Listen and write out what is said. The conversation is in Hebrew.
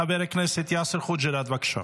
חבר הכנסת יאסר חוג'יראת, בבקשה.